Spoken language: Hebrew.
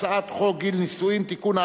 הצעת חוק גיל נישואין (תיקון,